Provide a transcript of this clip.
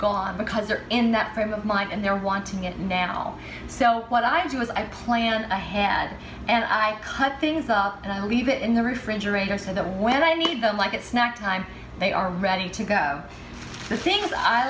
going on because they're in that frame of mind and they're wanting it now so what i do is i plan ahead and i cut things up and leave it in the refrigerator so that when i meet them like at snack time they are ready to go the things i